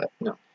No